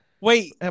Wait